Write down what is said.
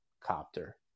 copter